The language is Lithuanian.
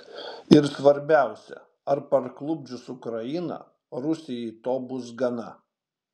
ir svarbiausia ar parklupdžius ukrainą rusijai to bus gana